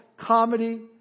comedy